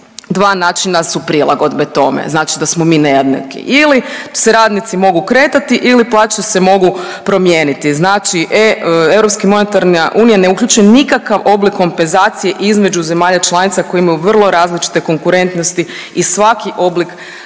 Dva načina su prilagodbe tome znači da smo mi nejednaki ili se radnici mogu kretati ili plaće se mogu promijeniti. Znači Europska monetarna unija ne uključuje nikakav oblik kompenzacije između zemalja članica koje imaju vrlo različite konkurentnosti i svaki oblik zapravo